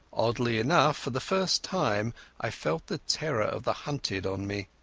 oddly enough, for the first time i felt the terror of the hunted on me.